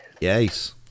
Yes